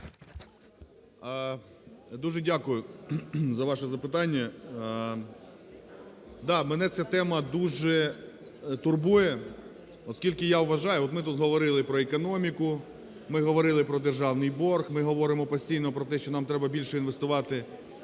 Дуже дякую за ваше запитання. Да, мене ця тема дуже турбує, оскільки я вважаю, от ми тут говорили про економіку, ми говорили про державний борг, ми говоримо постійно про те, що нам треба більше інвестувати